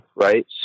Right